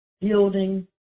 building